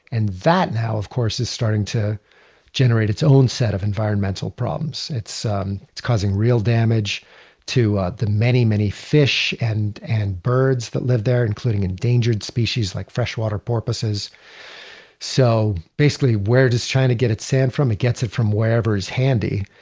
and that now, of course, is starting to generate its own set of environmental problems. it's um causing real damage to the many, many fish and and birds that live there including endangered species like freshwater porpoises so basically where does china get its sand from? it gets it from wherever is handy.